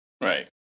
Right